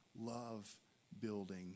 love-building